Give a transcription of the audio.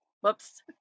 Whoops